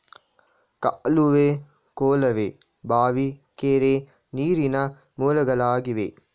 ಕಾಲುವೆ, ಕೊಳವೆ ಬಾವಿ, ಕೆರೆ, ನೀರಿನ ಮೂಲಗಳಾಗಿವೆ